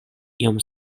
iom